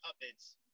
Puppets